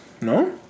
No